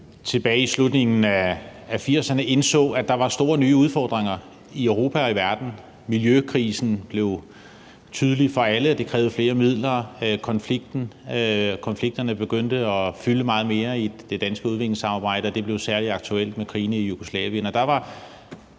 tilbage i slutningen af 1980'erne indså, at der var store, nye udfordringer i Europa og verden. Miljøkrisen blev tydelig for alle, og det krævede flere midler. Konflikterne begyndte at fylde meget mere i det danske udviklingssamarbejde, og det blev særlig aktuelt med krigene i Jugoslavien.